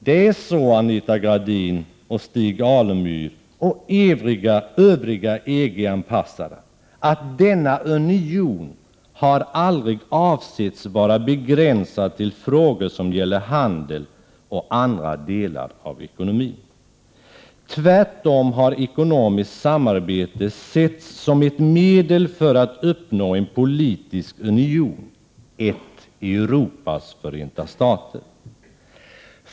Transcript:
Det är så Anita Gradin, Stig Alemyr och övriga EG-anpassare att denna union aldrig har avsetts vara begränsad till frågor som gäller handel och andra delar av ekonomin. Tvärtom har ekonomiskt samarbete setts som ett medel för att uppnå en politisk union, ett ”Europas Förenta Stater”.